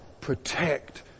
protect